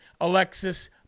Alexis